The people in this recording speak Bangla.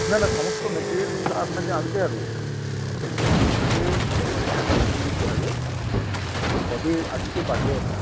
না না সমস্ত মেটেরিয়ালস আপনাকে আনতে হবে নিয়ে এসে আমার এটা করে দিয়ে যেতে হবে কবে আসতে পারবেন